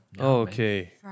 Okay